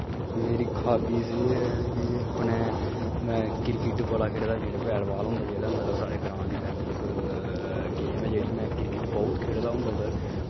मेरी हाब्बी सेही जेही ऐ अपने में क्रिकेट बड़ा खेढदा बैट बाल होंदा जेह्ड़ा मतलब साढ़े ग्रांऽ च फैमस गेम ऐ जेह्ड़ी में क्रिकेट बहुत खेढदा होंदा सर